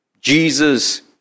Jesus